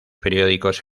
periódicos